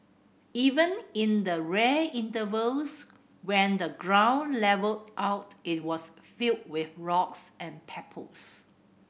even in the rare intervals when the ground levelled out it was filled with rocks and pebbles